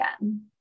again